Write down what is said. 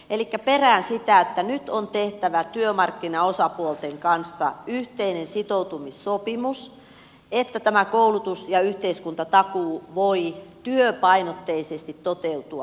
elikkä perään sitä että nyt on tehtävä työmarkkinaosapuolten kanssa yhteinen sitoutumissopimus että tämä koulutus ja yhteiskuntatakuu voi työpainotteisesti toteutua